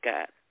God